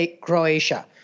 Croatia